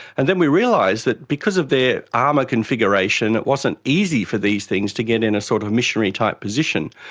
and then we realised that because of their armour configuration it wasn't easy for these things to get in a sort of missionary type position,